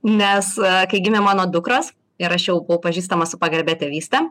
nes kai gimė mano dukros ir aš jau buvau pažįstama su pagarbia tėvyste